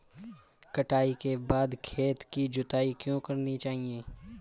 कटाई के बाद खेत की जुताई क्यो करनी चाहिए?